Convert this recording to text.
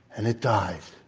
and it died.